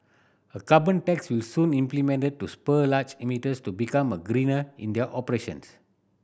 a carbon tax will soon implemented to spur large emitters to become a greener in their operations